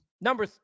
number